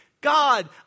God